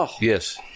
Yes